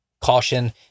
caution